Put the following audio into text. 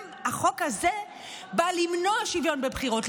גם החוק הזה בא למנוע שוויון בבחירות.